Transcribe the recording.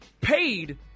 paid